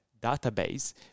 database